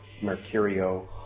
Mercurio